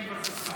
כן, ברשותך.